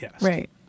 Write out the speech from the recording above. right